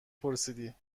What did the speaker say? پرسیدی